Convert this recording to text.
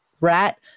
rat